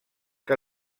que